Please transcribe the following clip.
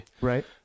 Right